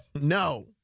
No